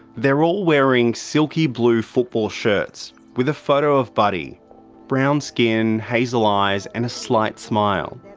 they're all wearing silky blue football shirts with a photo of buddy brown skin, hazel eyes and a slight smile.